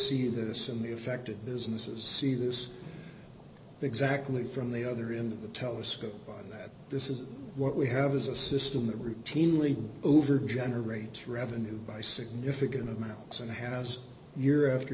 see this in the affected businesses see this exactly from the other in the telescope that this is what we have is a system that routinely over generates revenue by significant amounts and has year after